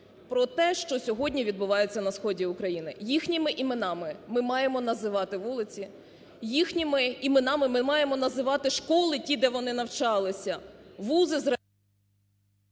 про те, що сьогодні відбувається на сході України. Їхніми іменами ми маємо називати вулиці, їхніми іменами ми маємо називати школи ті, де вони навчалися, вузи…